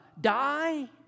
die